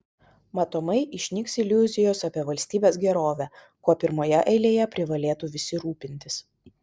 matomai išnyks iliuzijos apie valstybės gerovę kuo pirmoje eilėje privalėtų visi rūpintis